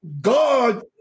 God